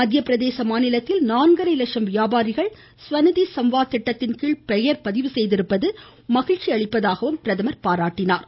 மத்தியப்பிரதேச மாநிலத்தில் நான்கரை லட்சம் வியாபாரிகள் ஸ்வநிதி ஸம்வாத் திட்டத்தின்கீழ் பெயர் பதிவு செய்யப்பட்டிருப்பது மகிழ்ச்சி அளிப்பதாகவும் அவர் பாராட்டினார்